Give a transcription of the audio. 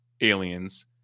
aliens